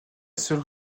seule